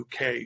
UK